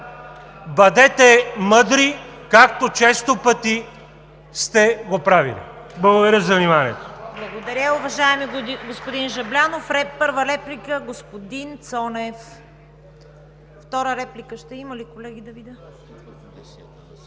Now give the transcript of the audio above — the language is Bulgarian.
Бъдете мъдри, както често пъти сте го правили! Благодаря за вниманието.